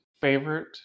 favorite